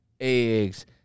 eggs